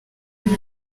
uyu